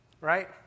right